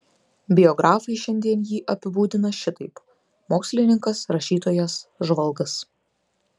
biografai šiandien jį apibūdina šitaip mokslininkas rašytojas žvalgas